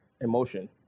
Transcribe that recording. emotion